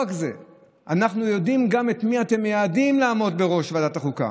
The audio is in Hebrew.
שבועיים ימים בסך הכול,